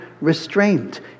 restraint